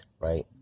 right